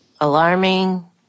alarming